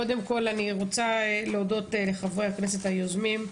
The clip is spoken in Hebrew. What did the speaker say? קודם כל אני רוצה להודות לחברי הכנסת היוזמים,